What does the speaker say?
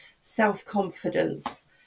self-confidence